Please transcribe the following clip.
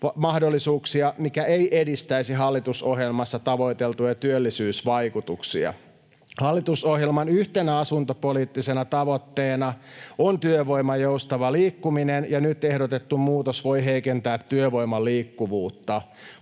mikä ei edistäisi hallitusohjelmassa tavoiteltuja työllisyysvaikutuksia. Hallitusohjelman yhtenä asuntopoliittisena tavoitteena on työvoiman joustava liikkuminen, ja nyt ehdotettu muutos voi heikentää työvoiman liikkuvuutta.